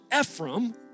Ephraim